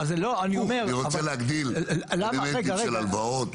אני רוצה להגדיל אלמנטים של הלוואות,